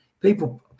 people